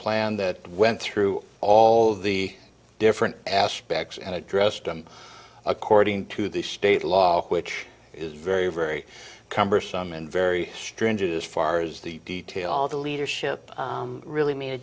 plan that went through all the different aspects and addressed them according to the state law which is very very cumbersome and very stringent as far as the detail all the leadership really made a